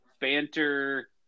banter